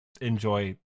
enjoy